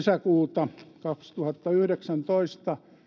kesäkuuta kaksituhattayhdeksäntoista